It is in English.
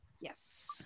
Yes